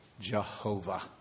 Jehovah